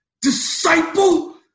Disciple